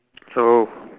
oh